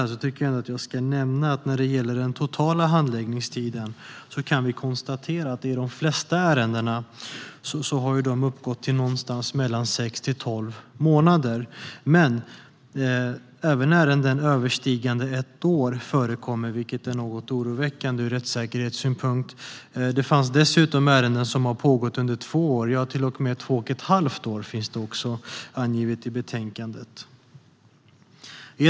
Vi kan konstatera att i de flesta ärenden har den totala handläggningstiden uppgått till mellan sex och tolv månader. Det förekommer dock även ärenden som överstiger ett år, vilket ur rättssäkerhetssynpunkt är något oroväckande. Det finns i betänkandet dessutom exempel på ärenden som har pågått under två år och till och med under två och ett halvt år.